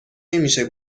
نمیشه